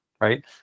right